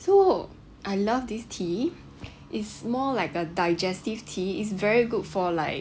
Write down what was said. so I love this tea it's more like a digestive tea is very good for like